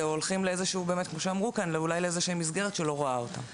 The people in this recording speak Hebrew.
הולכים אולי לאיזושהי מסגרת שלא רואה אותם.